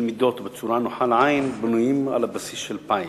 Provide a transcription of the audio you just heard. מידות בצורה הנוחה לעין בנויים על הבסיס של "פאי",